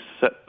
set